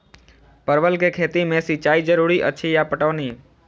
परवल केँ खेती मे सिंचाई जरूरी अछि या पटौनी?